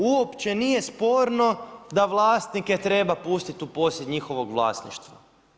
Uopće nije sporno da vlasnike treba pustiti u posjed njihovog vlasništva.